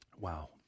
Wow